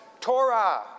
torah